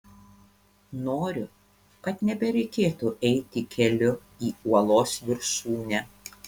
noriu kad nebereikėtų eiti keliu į uolos viršūnę